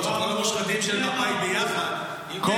למרות שכל המושחתים של מפא"י ביחד --- לא